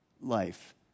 life